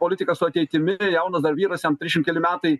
politikas su ateitimi jaunas dar vyras jam trišiam keli metai